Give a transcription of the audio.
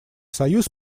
союз